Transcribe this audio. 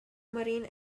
marine